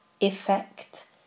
effect